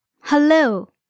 Hello